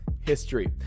history